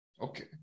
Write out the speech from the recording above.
okay